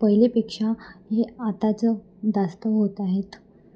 पहिलेपेक्षा हे आताचं जास्त होत आहेत